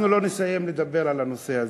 אנחנו לא נסיים לדבר על הנושא הזה.